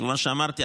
כמו שאמרתי,